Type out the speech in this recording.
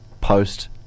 post